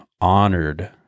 honored